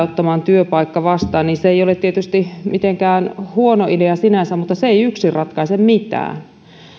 ottamaan työpaikka vastaan ei ole tietysti mitenkään huono idea sinänsä mutta se ei yksin ratkaise mitään